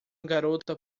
garota